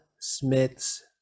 Smith's